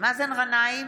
מאזן גנאים,